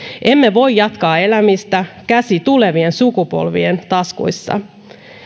emme voi jatkaa elämistä käsi tulevien sukupolvien taskuissa